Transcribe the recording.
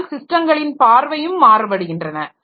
அதனால் ஸிஸ்டங்களின் பார்வையும் மாறுபடுகின்றன